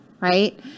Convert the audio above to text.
right